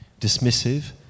dismissive